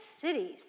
cities